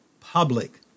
public